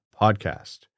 podcast